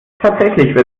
tatsächlich